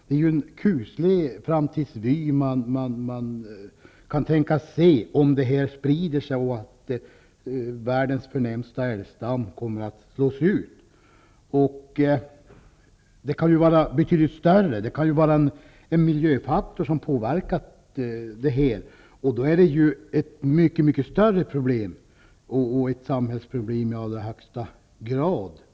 Det är en kuslig framtidsvy om sjukdomen börjar sprida sig och världens förnämsta älgstam slås ut. Om det är en miljöfaktor som förorsakat det hela, är det ett mycket större problem. Då är det ett samhällsproblem i allra högsta grad.